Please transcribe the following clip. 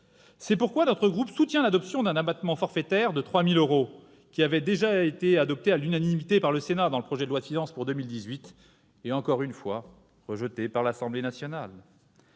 C'est pourquoi notre groupe soutient l'adoption d'un abattement forfaitaire de 3 000 euros, qui avait déjà été adopté à l'unanimité par le Sénat dans le projet de loi de finances pour 2018, avant d'être rejeté, encore une fois, par l'Assemblée nationale.